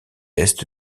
est